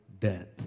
death